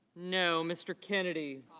no. mr. kennedy